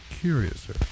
Curiouser